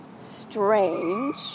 strange